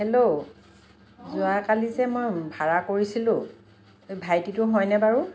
hello যোৱাকালি যে মই ভাড়া কৰিছিলোঁ ভাইটিটো হয়নে বাৰু